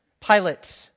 Pilate